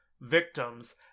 victims